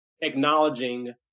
acknowledging